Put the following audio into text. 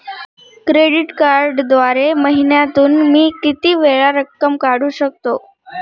Credit कार्डद्वारे महिन्यातून मी किती वेळा रक्कम काढू शकतो?